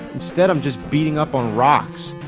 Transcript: instead, i'm just beating up on rocks.